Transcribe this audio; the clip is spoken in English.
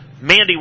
Mandy